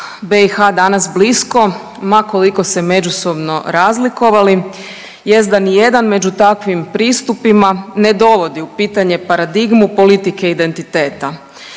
BiH danas blisko ma koliko se međusobno razlikovali jest da ni jedan među takvim pristupima ne dovodi u pitanje paradigmu politike identiteta.